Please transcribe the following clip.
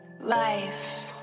Life